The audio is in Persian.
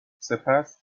سپس